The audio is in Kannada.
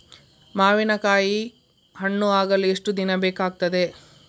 ಮಾವಿನಕಾಯಿ ಹಣ್ಣು ಆಗಲು ಎಷ್ಟು ದಿನ ಬೇಕಗ್ತಾದೆ?